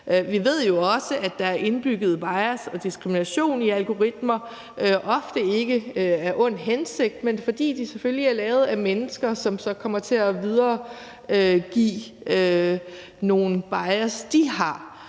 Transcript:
Vi ved jo også, at der er indbyggede bias og diskrimination i algoritmer, ofte ikke af ond hensigt, men fordi de selvfølgelig er lavet af mennesker, som så kommer til at videregive nogle bias, de har.